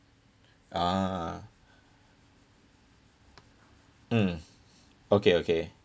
ah mm okay okay